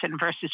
versus